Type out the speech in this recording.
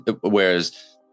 Whereas